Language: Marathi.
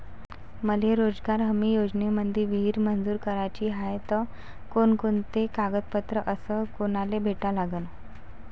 मले रोजगार हमी योजनेमंदी विहीर मंजूर कराची हाये त कोनकोनते कागदपत्र अस कोनाले भेटा लागन?